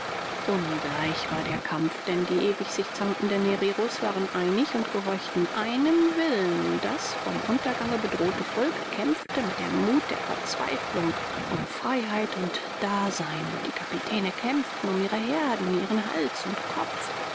ungleich war der kampf denn die ewig sich zankenden hereros waren einig und gehorchten einem willen das vom untergange bedrohte volk kämpfte mit dem mut der verzweiflung um freiheit und dasein die kapitäne kämpften um ihre herden ihren hals und kopf